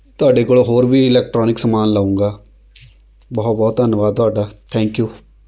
ਤੁਹਾਡੇ ਕੋਲ ਹੋਰ ਵੀ ਇਲੈਕਟ੍ਰੋਨਿਕ ਸਮਾਨ ਲਊਂਗਾ ਬਹੁਤ ਬਹੁਤ ਧੰਨਵਾਦ ਤੁਹਾਡਾ ਥੈਂਕ ਯੂ